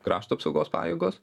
krašto apsaugos pajėgos